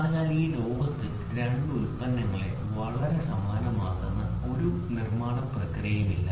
അതിനാൽ ഈ ലോകത്ത് രണ്ട് ഉൽപ്പന്നങ്ങളെ വളരെ സമാനമാക്കുന്ന ഒരു നിർമ്മാണ പ്രക്രിയയും ഇല്ല